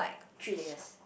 three layers